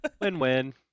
Win-win